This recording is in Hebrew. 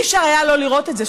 לא היה אפשר שלא לראות את זה,